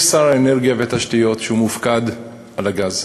יש שר האנרגיה והתשתיות שמופקד על הגז.